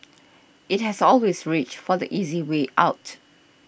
it has always reached for the easy way out